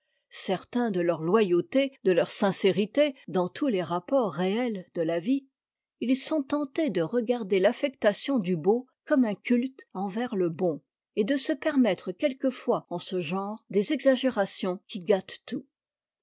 certains de leur loyauté de leur sincérité dans tous les rapports réels de la vie ils sont tentés de regarder l'affectation du beau comme un culte envers le bon et de se permettre quelquefois en ce genre des exagérations qui gâtent tout